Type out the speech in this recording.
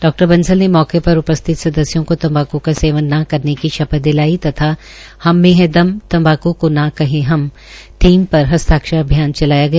डा बंसल ने मौके पर उपस्थित सदस्यों को तम्बाकु का सेवन ने करने की शपथ दिलाई तथा हम मे है दम तम्बाकू को न कहें थीम पर हस्ताक्षर अभियान चलाया गया